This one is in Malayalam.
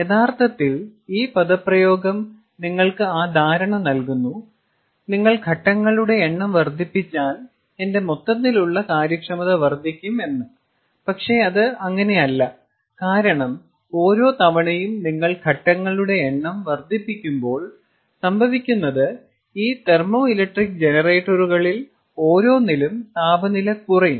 യഥാർത്ഥത്തിൽ ഈ പദപ്രയോഗം നിങ്ങൾക്ക് ആ ധാരണ നൽകുന്നു നിങ്ങൾ ഘട്ടങ്ങളുടെ എണ്ണം വർദ്ധിപ്പിച്ചാൽ എന്റെ മൊത്തത്തിലുള്ള കാര്യക്ഷമത വർദ്ധിക്കും പക്ഷേ അത് അങ്ങനെയല്ല കാരണം ഓരോ തവണയും നിങ്ങൾ ഘട്ടങ്ങളുടെ എണ്ണം വർദ്ധിപ്പിക്കുമ്പോൾ സംഭവിക്കുന്നത് ഈ തെർമോ ഇലക്ട്രിക് ജനറേറ്ററുകളിൽ ഓരോന്നിലും താപനില കുറയും